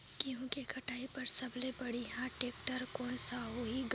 गहूं के कटाई पर सबले बढ़िया टेक्टर कोन सा होही ग?